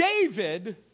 David